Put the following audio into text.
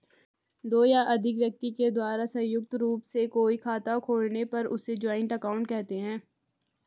दो या अधिक व्यक्ति के द्वारा संयुक्त रूप से कोई खाता खोलने पर उसे जॉइंट अकाउंट कहते हैं